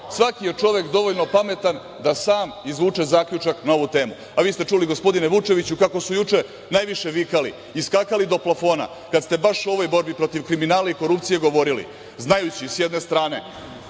je čovek dovoljno pametan da sam izvuče zaključak na ovu temu, a vi ste čuli, gospodine Vučeviću, kako su juče najviše vikali i skakali do plafona kad ste baš o ovoj borbi protiv kriminala i korupcije govorili, znajući s jedne strane